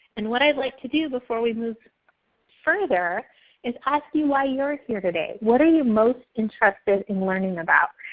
and what i'd like to do before we move further is ask you why you're here today. what are you most interested in learning about?